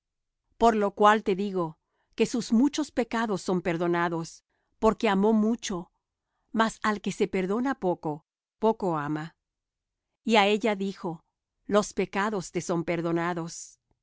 por lo cual te digo que sus muchos pecados son perdonados porque amó mucho mas al que se perdona poco poco ama y á ella dijo los pecados te son perdonados